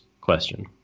question